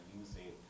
using